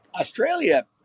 Australia